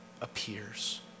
appears